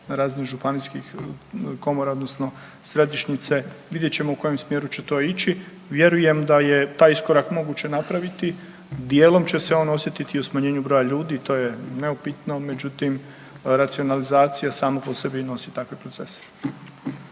razini županijskih komora odnosno središnjice. Vidjet ćemo u kojem smjeru će to ići. Vjerujem da je taj iskorak moguće napraviti. Dijelom će se on osjetiti i u smanjenju broja ljudi i to je neupitno. Međutim, racionalizacija sama po sebi i nosi takve procese.